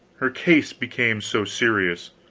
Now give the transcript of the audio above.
her case became so serious.